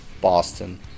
Boston